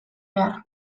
behar